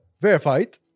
verified